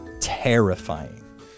Terrifying